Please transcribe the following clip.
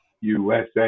USA